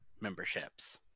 memberships